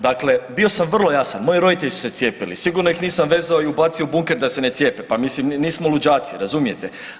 Dakle, bio sam vrlo jasan, moji roditelji su se cijepili, sigurno ih nisam vezao i ubacio u bunker da se ne cijepe, pa mislim nismo luđaci, razumijete.